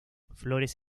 flores